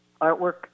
artwork